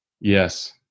Yes